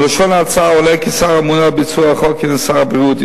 מלשון ההצעה עולה כי השר הממונה על ביצוע החוק הוא שר הבריאות.